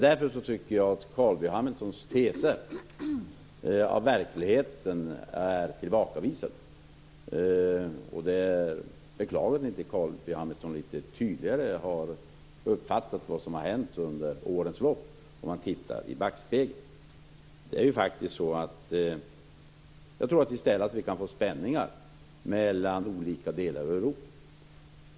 Därför tycker jag att Carl B Hamiltons teser är tillbakavisade av verkligheten. Det är beklagligt att inte Carl B Hamilton litet tydligare har uppfattat vad som har hänt under årens lopp om man tittar i backspegeln. Jag tror att vi i stället kan få spänningar mellan olika delar av Europa.